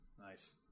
Nice